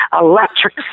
electric